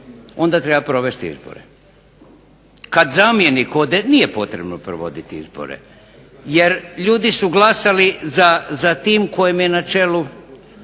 onda treba provesti izbore. Kada zamjenik ode, nije potrebno provoditi izbore, jer ljudi su glasali za tim kojem je na čelu